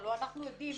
הלא אנחנו יודעים